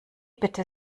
bitte